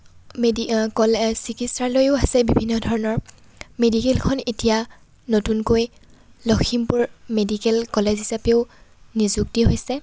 মেডি অ কলেজ চিকিৎসালয়ো আছে বিভিন্ন ধৰণৰ মেডিকেলখন এতিয়া নতুনকৈ লখিমপুৰ মেডিকেল কলেজ হিচাপেও নিযুক্তি হৈছে